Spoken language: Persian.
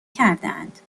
کردهاند